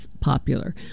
popular